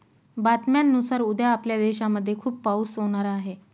बातम्यांनुसार उद्या आपल्या देशामध्ये खूप पाऊस होणार आहे